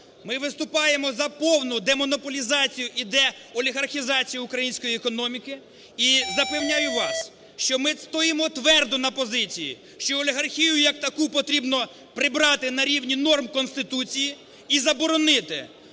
ми виступаємо за повну демонополізацію і деолігархізацію української економіки. І запевняю вас, що ми стоїмо твердо на позиції, що олігархію як таку потрібно прибрати на рівні норм Конституції і заборонити